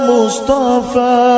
Mustafa